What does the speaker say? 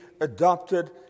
adopted